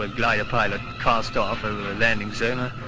ah glider pilot cast off over our landing zone, i,